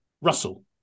Russell